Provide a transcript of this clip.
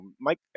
Mike